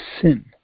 sin